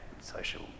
social